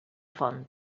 font